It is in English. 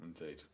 Indeed